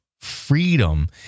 freedom